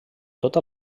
tota